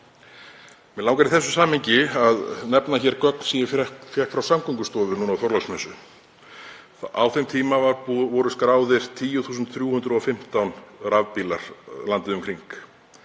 Mig langar í þessu samhengi að nefna gögn sem ég fékk frá Samgöngustofu á Þorláksmessu. Á þeim tíma voru skráðir 10.315 rafbílar landið um kring.